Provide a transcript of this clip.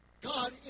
God